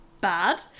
bad